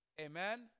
Amen